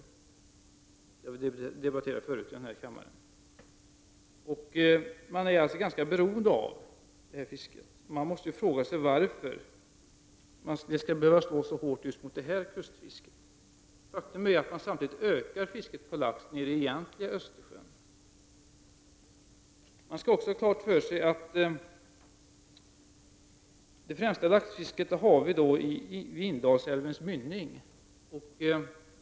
Den saken har debatterats förut i den här kammaren. Människorna är alltså ganska beroende av det här fisket, och därför blir frågan varför man måste slå så hårt mot just detta kustfiske. Faktum är att det blir en ökning av laxfisket nere i den egentliga Östersjön. Man skall också ha klart för sig att det bästa laxfisket finns vid Indalsälvens mynning.